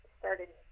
started